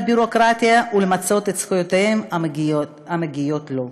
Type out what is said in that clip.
הביורוקרטיה ולמצות את הזכויות המגיעות לו.